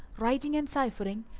writing and cyphering,